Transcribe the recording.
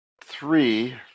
three